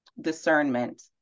discernment